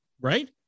Right